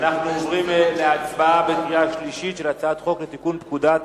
אנחנו עוברים להצבעה בקריאה שלישית על הצעת חוק לתיקון פקודת